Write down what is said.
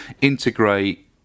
integrate